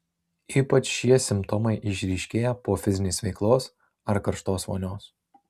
ypač šie simptomai išryškėja po fizinės veiklos ar karštos vonios